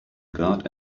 guard